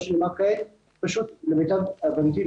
מה שנאמר כעת למיטב הבנתי,